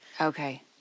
Okay